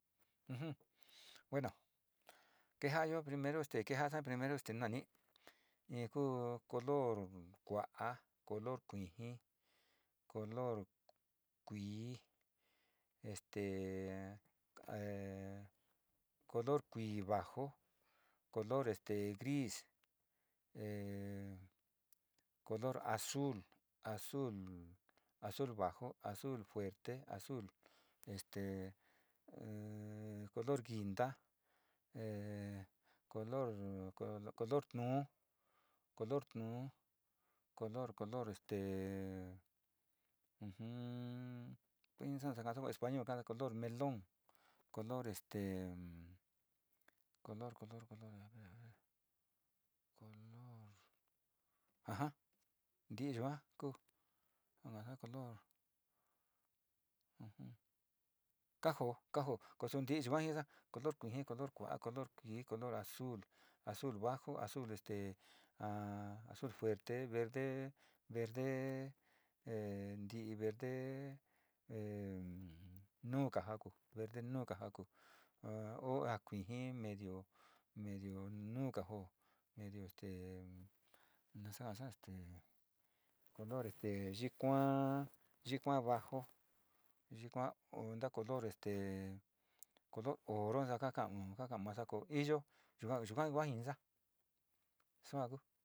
Bueno keejayo primero este kejaasa primero in ku color coma ka'a color kuiji color kuii este color, color kuii bajo, color gris, e color azul, azul, azul bajo, azul fuerte, azul este color guinta e color tuu, color melon este color, color color, a ja nti'i yua kuu aja color kajoo kajoo in ti'i yua jinisa color kuiji color kua'a color azul color azul bajo, azul este fuerte, verde, verde e verde nuu jako, verde nuu jako o a kuiji medio nuu ja jo color yii kua, yii kua bajo, yii kua, kuenta color oro ja ka kaka'a masa ko iyo yukani ku ja jinisa kuu.